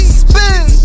spin